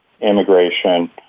immigration